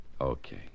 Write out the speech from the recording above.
Okay